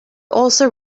also